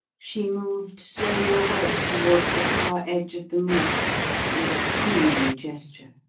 she moved slowly away towards the far edge of the moor with a queenly gesture.